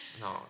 no